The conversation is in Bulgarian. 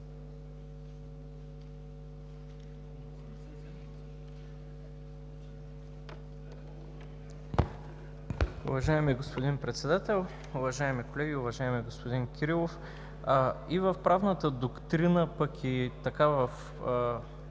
Уважаеми господин Председател, уважаеми колеги, уважаеми господин Кирилов! И в правната доктрина, пък и от моя